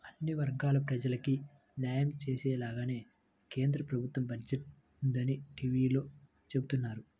అన్ని వర్గాల ప్రజలకీ న్యాయం చేసేలాగానే కేంద్ర ప్రభుత్వ బడ్జెట్ ఉందని టీవీలో చెబుతున్నారు